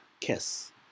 kiss